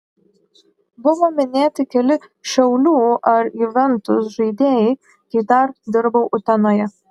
buvo minėti keli šiaulių ar juventus žaidėjai kai dar dirbau utenoje